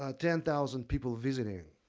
ah ten thousand people visiting.